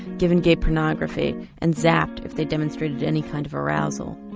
given gay pornography and zapped if they demonstrated any kind of arousal.